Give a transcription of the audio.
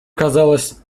казалось